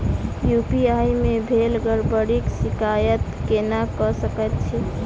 UPI मे भेल गड़बड़ीक शिकायत केना कऽ सकैत छी?